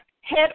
head